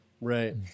right